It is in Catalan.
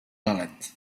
galet